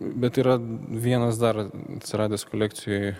bet yra vienas dar atsiradęs kolekcijoj